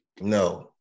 No